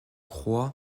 croix